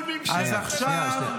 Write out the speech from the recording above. שנייה.